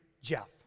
Jeff